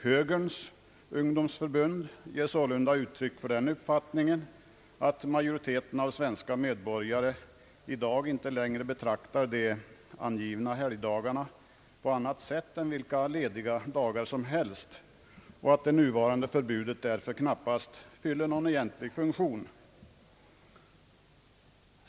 Högerns ungdomsförbund ger sålunda uttryck för den uppfattningen, att »majoriteten av svenska medborgare i dag inte längre betraktar de angivna helgdagarna på annat sätt än vilka lediga dagar som helst och att det nuvarande förbudet därför knappast fyller någon egentlig funktion».